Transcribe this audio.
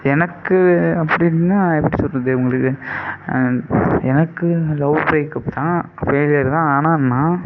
எனக்கு அப்படின்னா எப்படி சொல்கிறது உங்களுக்கு எனக்கு லவ் பிரேக்அப் தான் ஃபெயிலியர் தான் ஆனால் நான்